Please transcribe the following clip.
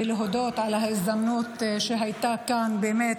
ולהודות על ההזדמנות שהייתה כאן באמת